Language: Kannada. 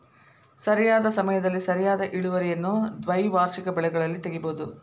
ಸರಿಯಾದ ಸಮಯದಲ್ಲಿ ಸರಿಯಾದ ಇಳುವರಿಯನ್ನು ದ್ವೈವಾರ್ಷಿಕ ಬೆಳೆಗಳಲ್ಲಿ ತಗಿಬಹುದು